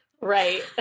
Right